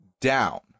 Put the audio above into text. down